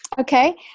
Okay